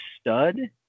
stud